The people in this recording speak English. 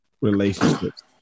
relationships